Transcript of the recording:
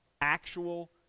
actual